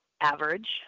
average